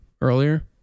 earlier